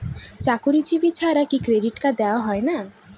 চাকুরীজীবি ছাড়া কি ক্রেডিট কার্ড দেওয়া হয় না?